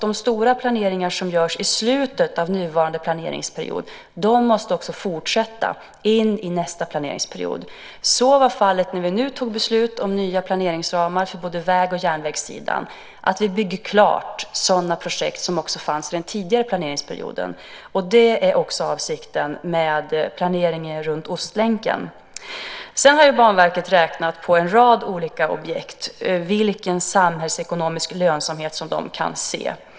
De stora planeringar som görs i slutet av nuvarande planeringsperiod måste också fortsätta in i nästa planeringsperiod. Så var fallet när vi nu tog beslut om nya planeringsramar för både väg och järnvägssidan, att vi bygger klart sådana projekt som fanns också i den tidigare planeringsperioden. Det är också avsikten med planeringen runt Ostlänken. Sedan har Banverket räknat på en rad olika objekt för att se vilken samhällsekonomisk lönsamhet de kan ha.